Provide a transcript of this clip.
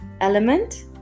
element